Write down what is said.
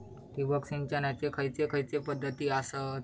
ठिबक सिंचनाचे खैयचे खैयचे पध्दती आसत?